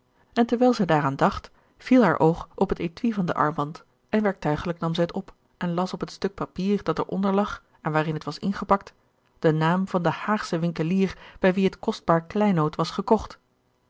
en terwijl zij daaraan dacht viel haar oog op het étui van den armband en werktuigelijk nam zij het op en las op het stuk papier dat er onder lag en waarin het was ingepakt den naam van den haagschen winkelier bij wien het kostbaar kleinood was gekocht